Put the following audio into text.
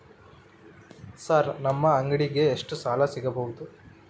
Sir ನಮ್ಮ ಅಂಗಡಿಗೆ ಎಷ್ಟು ಸಾಲ ಸಿಗಬಹುದು?